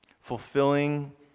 fulfilling